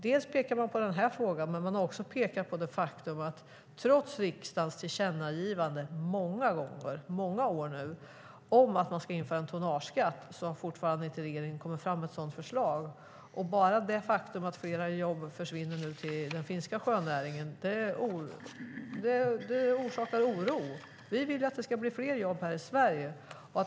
Dels pekar man på denna fråga, dels pekar man på det faktum att trots riksdagens tillkännagivanden under många år om att införa en tonnageskatt har regeringen fortfarande inte lagt fram ett sådant förslag. Bara det faktum att flera jobb försvinner till den finska sjönäringen orsakar oro. Vi vill att det ska bli fler jobb i Sverige.